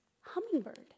hummingbird